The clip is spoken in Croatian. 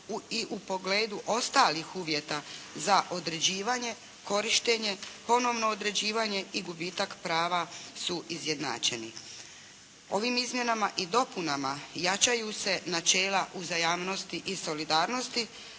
i u pogledu ostalih uvjeta za određivanje, korištenje, ponovno određivanje i gubitak prava su izjednačeni. Ovim izmjenama i dopunama jačaju se načela uzajamnosti i solidarnosti,